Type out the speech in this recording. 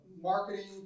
marketing